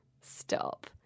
Stop